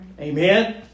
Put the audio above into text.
Amen